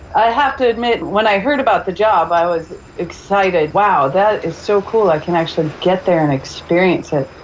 i have to admit when i heard about the job i was excited, wow, that is so cool, i can actually get there and experience it.